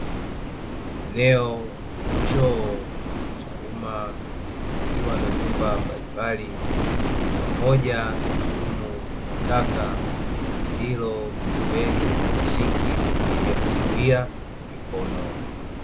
Eneo la choo cha "UMMA", kikiwa na vyumba mbalimbali pamoja na dumu la taka lililo pembeni ya sinki kwa ajili ya kunawia mikono.